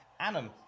Anum